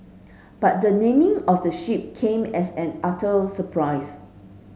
but the naming of the ship came as an utter surprise